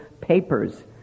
papers